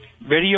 Video